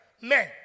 Men